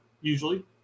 usually